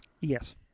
Yes